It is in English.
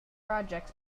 projects